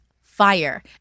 fire